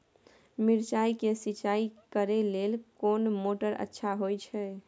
मिर्चाय के सिंचाई करे लेल कोन मोटर अच्छा होय छै?